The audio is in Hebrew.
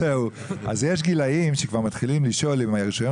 יש גילאים שכבר מתחילים לשאול אם הרישיון